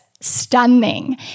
Stunning